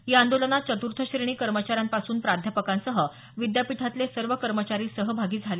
या आंदोलनात चतुर्थ श्रेणी कर्मचाऱ्यांपासून प्राध्यापकांसह विद्यापीठातले सर्व कर्मचारी सहभागी झाले